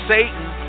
Satan